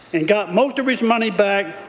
and got most of his money back,